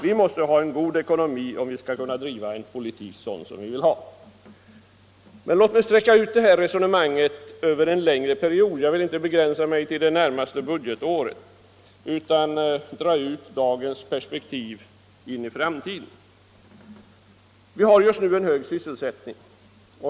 Vi måste ha en god ekonomi om vi skall kunna driva en sådan politik som vi vill ha. Låt mig utsträcka mitt resonemang till att gälla en längre period. Jag vill alltså inte begränsa mig till det närmaste budgetåret utan dra ut perspektivet i framtiden. Vi har just nu hög sysselsättning.